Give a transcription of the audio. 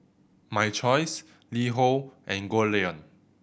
My Choice LiHo and Goldlion